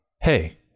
hey